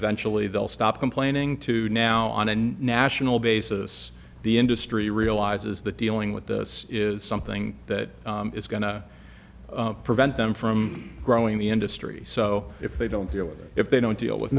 eventually they'll stop complaining too now on a national basis the industry realizes that dealing with this is something that is going to prevent them from growing the industry so if they don't deal with it if they don't deal with